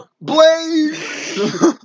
Blaze